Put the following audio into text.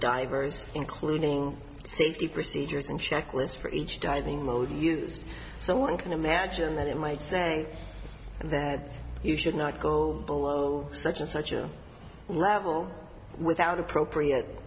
divers including safety procedures and checklists for each diving mode used so one can imagine that it might say that you should not go below such and such a rebel without appropriate